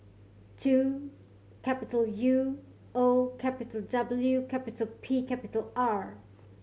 two capital U O capital W capital P capital R